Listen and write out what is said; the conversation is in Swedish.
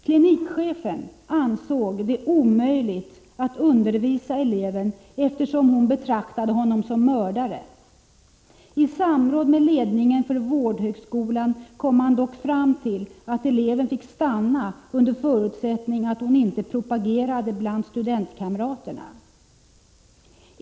Klinikchefen ansåg det omöjligt att undervisa eleven eftersom hon betraktade honom som mördare. I samråd med ledningen för vårdhögskolan kom man dock fram till att eleven fick stanna under förutsättning att hon inte propagerade bland studiekamraterna.